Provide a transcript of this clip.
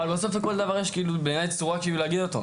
אבל בעיניי, בסוף, יש צורה להגיד את הדברים.